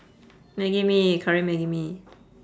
maggi-mee curry maggi-mee